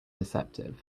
deceptive